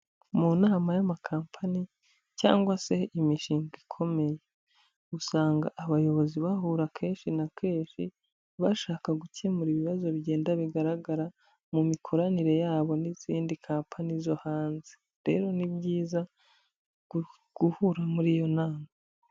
Mu nama y'amakompani cyangwa se imishinga ikomeye usanga abayobozi bahura kenshi na kenshi bashaka gukemura ibibazo bigenda bigaragara mu mikoranire yabo n'izindi kampani zo hanze, rero ni byiza guhura muri iyo nama.